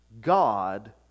God